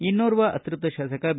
ಇನ್ನೋರ್ವ ಅತೃಪ್ತ ಶಾಸಕ ಬಿ